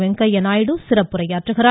Venkaiah Naidu சிறப்புரையாற்றுகிறார்